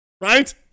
Right